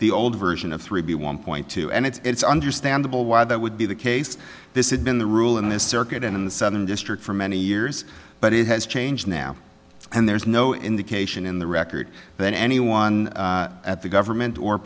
the old version of three b one point two and it's understandable why that would be the case this is been the rule in this circuit and in the southern district for many years but it has changed now and there's no indication in the record that anyone at the government or